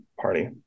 party